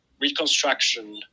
reconstruction